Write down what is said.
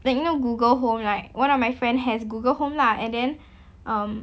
like you know Google home like one of my friend has Google home lah and then um